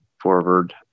forward